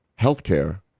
healthcare